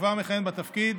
שכבר מכהן בתפקיד,